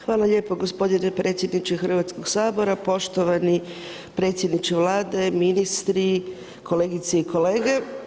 Hvala lijepo gospodine predsjedniče Hrvatskog sabora, poštovani predsjedniče Vlade, ministri, kolegice i kolege.